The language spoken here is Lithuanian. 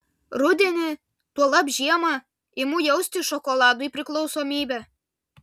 rudenį tuolab žiemą imu jausti šokoladui priklausomybę